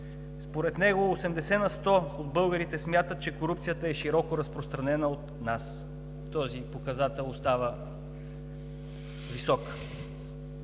Според него 80% от българите смятат, че корупцията е широко разпространена у нас. Този показател остава висок.